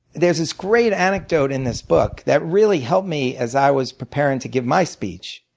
there's this great anecdote in this book that really helped me as i was preparing to give my speech.